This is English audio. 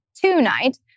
Tonight